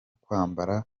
kwambara